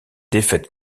défaite